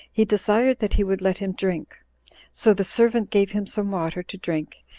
he desired that he would let him drink so the servant gave him some water to drink,